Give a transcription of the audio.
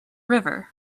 river